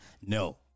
No